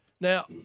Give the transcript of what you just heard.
Now